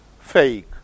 fake